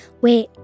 Wait